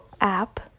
app